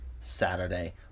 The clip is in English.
Saturday